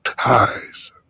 ties